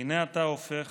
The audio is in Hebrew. והינה אתה הופך